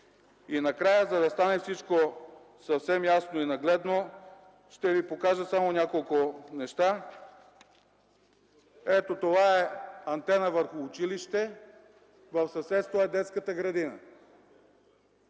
И накрая, за да стане всичко съвсем ясно и нагледно, ще ви покажа няколко неща. Ето, това е антена върху училище (показва снимка). В съседство е детската градина.